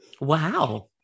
Wow